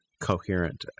coherent